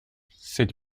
cette